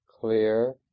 clear